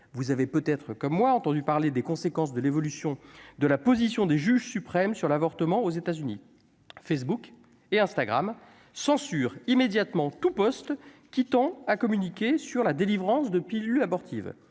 vous avez peut-être comme moi, entendu parler des conséquences de l'évolution de la position des juges suprêmes sur l'avortement aux États-Unis Facebook et Instagram censure immédiatement tout poste qui tend à communiquer sur la délivrance de pilules abortives